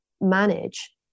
manage